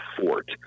fort